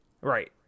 Right